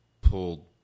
pulled